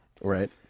Right